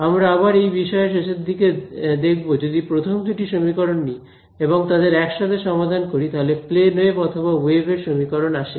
আমরা আবার এই বিষয়ের শেষের দিকে দেখব যদি প্রথম দুটি সমীকরণ নিই এবং তাদের একসাথে সমাধান করি তাহলে প্লেন ওয়েভ অথবা ওয়েভ এর সমীকরণ আসে